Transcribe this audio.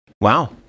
Wow